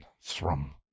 THRUM